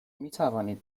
میتوانید